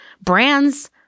Brands